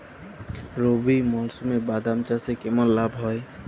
রবি মরশুমে বাদাম চাষে কেমন লাভ হয়?